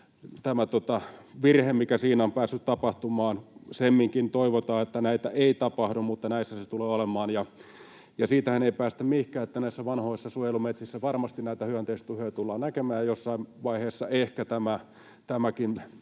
tämä virhe, mikä siinä on päässyt tapahtumaan. Semminkin toivotaan, että näitä ei tapahdu, mutta näissä se tulee olemaan. Siitähän ei päästä mihinkään, että vanhoissa suojelumetsissä varmasti näitä hyönteistuhoja tullaan näkemään, ja jossain vaiheessa ehkä tämäkin